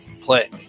Play